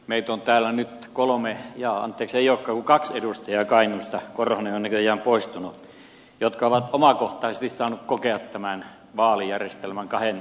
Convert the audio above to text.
meitä on täällä nyt kolme edustajaa kainuusta jaa anteeksi ei olekaan kuin kaksi korhonen on näköjään poistunut jotka ovat omakohtaisesti saaneet kokea tämän vaalijärjestelmän kahden järjestelmän kautta